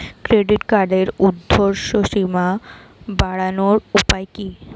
Credit কার্ডের উর্ধ্বসীমা বাড়ানোর উপায় কি?